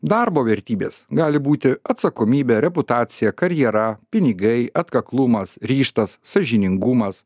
darbo vertybės gali būti atsakomybė reputacija karjera pinigai atkaklumas ryžtas sąžiningumas